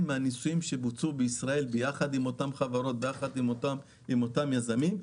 מהניסויים שבוצעו בישראל יחד עם אותן חברות ועם אותם יזמים.